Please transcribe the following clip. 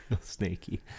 snaky